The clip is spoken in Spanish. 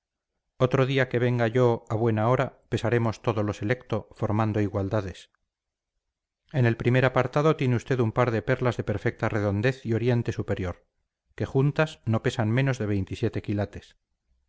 otro día que venga yo a buena hora pesaremos todo lo selecto formando igualdades en el primer apartado tiene usted un par de perlas de perfecta redondez y oriente superior que juntas no pesan menos de quilates